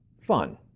fun